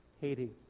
Haiti